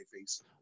face